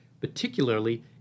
particularly